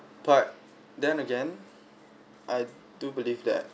but then again I do believe that